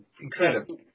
incredible